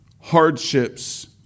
hardships